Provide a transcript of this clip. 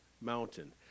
mountain